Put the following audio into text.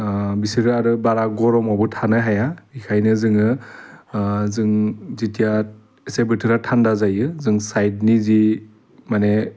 बिसोरो आरो बारा गर'मावबो थानो हाया बिखायनो जोङो जों जिथिया एसे बोथोरा थान्दा जायो जों साइटनि जि माने